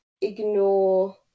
ignore